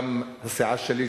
גם הסיעה שלי,